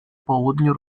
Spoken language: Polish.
południu